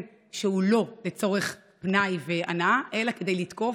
שהוא לא לצורך פנאי והנאה אלא כדי לתקוף,